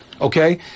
okay